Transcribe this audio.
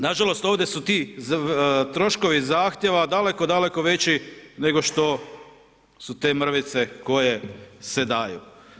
Nažalost, ovdje su ti troškovi Zahtjeva daleko, daleko veći, nego što su te mrvice koje se daju.